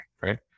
right